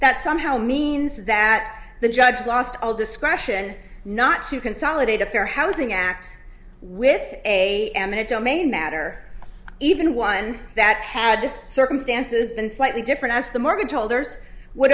that somehow means that the judge lost all discretion not to consolidate a fair housing act with a eminent domain matter even one that had circumstances been slightly different as the mortgage holders would